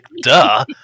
duh